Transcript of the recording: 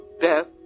death